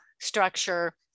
structure